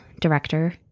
director